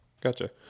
gotcha